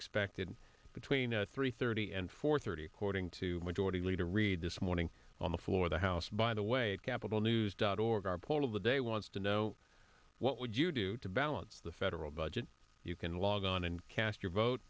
expected between a three thirty and four thirty courting to majority leader reid this morning on the floor the house by the way capital news dot org our poll of the day wants to know what would you do to balance the federal budget you can log on and cast your vote